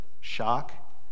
shock